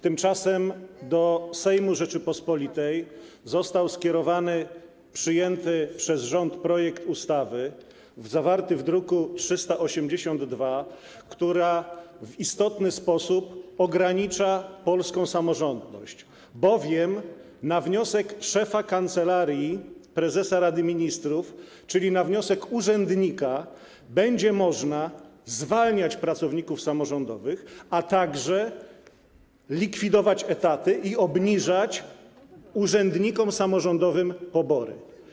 Tymczasem do Sejmu Rzeczypospolitej został skierowany przyjęty przez rząd projekt ustawy zawarty w druku nr 382, która w istotny sposób ogranicza polską samorządność, bowiem na wniosek szefa Kancelarii Prezesa Rady Ministrów, czyli na wniosek urzędnika, będzie można zwalniać pracowników samorządowych, a także likwidować etaty i obniżać urzędnikom samorządowym pobory.